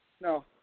No